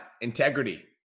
integrity